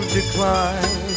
decline